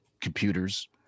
computers